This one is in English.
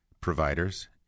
providers